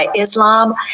Islam